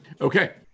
Okay